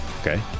Okay